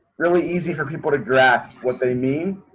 really easy for people to grasp what they mean.